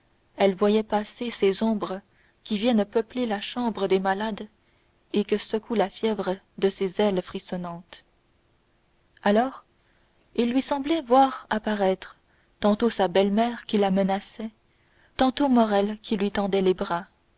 elle voyait passer ces ombres qui viennent peupler la chambre des malades et que secoue la fièvre de ses ailes frissonnantes alors il lui semblait voir apparaître tantôt sa belle-mère qui la menaçait tantôt morrel qui lui tendait les bras